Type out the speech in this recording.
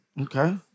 Okay